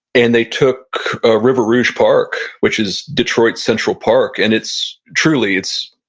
and they took a river rouge park, which is detroit central park. and it's truly, it's,